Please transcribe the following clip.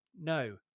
no